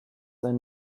ein